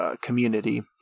community